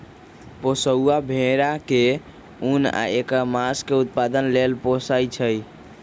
पोशौआ भेड़ा के उन आ ऐकर मास के उत्पादन लेल पोशइ छइ